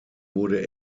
wurde